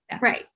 Right